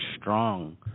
strong